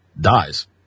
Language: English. Dies